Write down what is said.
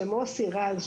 שמוסי רז,